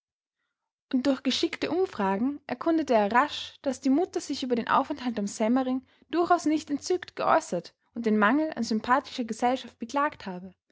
und durch geschickte umfragen erkundete er rasch daß die mutter sich über den aufenthalt am semmering durchaus nicht entzückt geäußert und den mangel an sympathischer gesellschaft beklagt habe